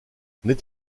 n’est